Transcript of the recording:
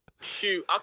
shoot